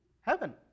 heaven